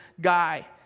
guy